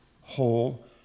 whole